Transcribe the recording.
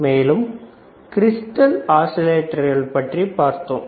மேலும் கிறிஸ்டல் ஆஸிலேட்டர்களைப் பற்றி பார்த்தோம்